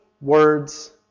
words